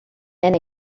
and